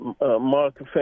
Mark